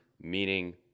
meaning